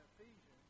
Ephesians